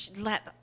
let